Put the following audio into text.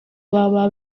baba